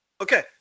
Okay